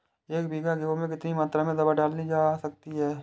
एक बीघा गेहूँ में कितनी मात्रा में दवा डाली जा सकती है?